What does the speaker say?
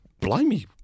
blimey